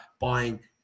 buying